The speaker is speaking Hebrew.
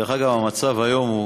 דרך אגב, המצב היום הוא